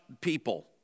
people